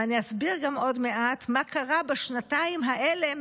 ואני אסביר גם עוד מעט מה קרה בשנתיים האלה,